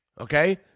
Okay